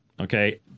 okay